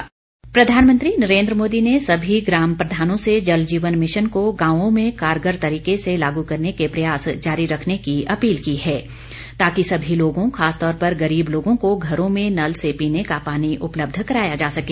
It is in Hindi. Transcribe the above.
पीएम अपील प्रधानमंत्री नरेन्द्र मोदी ने सभी ग्राम प्रधानों से जल जीवन मिशन को गांवों में कारगर तरीके से लागू करने के प्रयास जारी रखने की अपील की है ताकि सभी लोगों खासतौर पर गरीब लोगों को घरों में नल से पीने का पानी उपलब्ध कराया जा सके